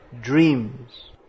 dreams